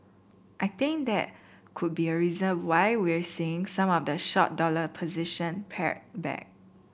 I think that could be a reason why we're seeing some of the short dollar position pared back